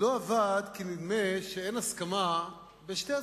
לא עבד, כי נדמה שאין הסכמה בשני הצדדים.